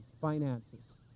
Finances